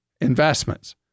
investments